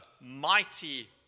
mighty